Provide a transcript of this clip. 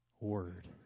word